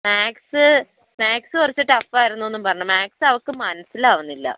maths maths കുറച്ച് tough ആയിരുന്നു എന്നും പറഞ്ഞു മാത്സ് അവൾക്ക് മനസ്സിലാകുന്നില്ല